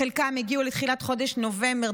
חלקם הגיעו לתחילת חודש נובמבר,